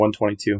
122